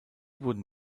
wurden